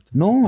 no